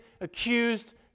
accused